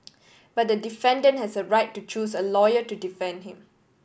but the defendant has a right to choose a lawyer to defend him